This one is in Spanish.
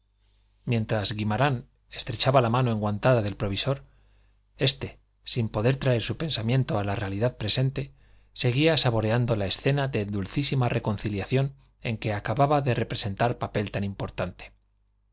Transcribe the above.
mientras guimarán estrechaba la mano enguantada del provisor este sin poder traer su pensamiento a la realidad presente seguía saboreando la escena de dulcísima reconciliación en que acababa de representar papel tan importante